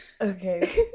Okay